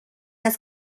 las